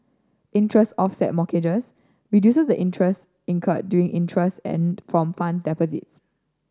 interest offset mortgages reduces the interest incurred during interest earned from funds deposited